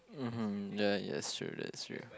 mmhmm ya that's true that's true